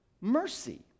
Mercy